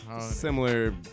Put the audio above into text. similar